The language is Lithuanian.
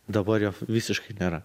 dabar jo visiškai nėra